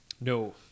No